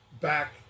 back